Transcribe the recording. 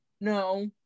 no